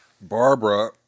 Barbara